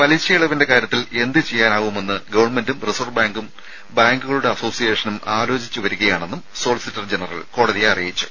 പലിശയിളവിന്റെ കാര്യത്തിൽ എന്ത് ചെയ്യാനാവുമെന്ന് ഗവൺമെന്റും റിസർവ് ബാങ്കും ബാങ്കുകളുടെ അസോസിയേഷനും ആലോചിച്ച് വരികയാണെന്നും സോളിസിറ്റർ ജനറൽ കോടതിയെ അറിയിച്ചു